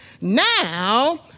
Now